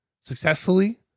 successfully